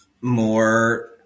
more